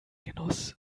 genuss